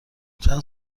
چند